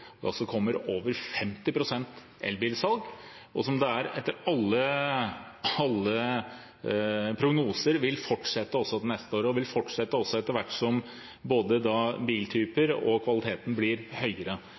kommer over 50 pst., noe som etter alle prognoser vil fortsette også til neste år, og som vil fortsette etter hvert som det både blir flere biltyper